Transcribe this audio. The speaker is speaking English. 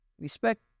respect